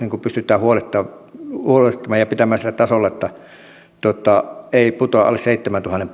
pystytään huolehtimaan ja pitämään se sillä tasolla että ei putoa alle seitsemäntuhannen